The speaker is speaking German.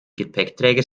gepäckträger